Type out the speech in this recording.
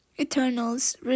ETERNAL's